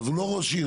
אז הוא לא ראש עיר.